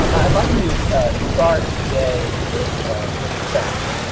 i'd like to start today with mr. saks.